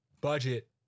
budget